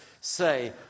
say